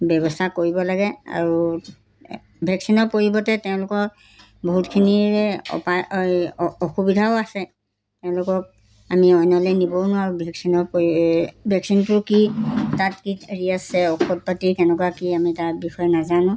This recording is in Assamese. ব্যৱস্থা কৰিব লাগে আৰু ভেকচিনৰ পৰিৱৰ্তে তেওঁলোকৰ বহুতখিনিয়ে অপায় অসুবিধাও আছে তেওঁলোকক আমি অন্যলৈ নিবও নোৱাৰোঁ ভেকচিনৰ ভেকচিনটো কি তাত কি হেৰি আছে ঔষধ পাতি কেনেকুৱা কি আমি তাৰ বিষয়ে নাজানো